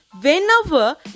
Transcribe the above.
whenever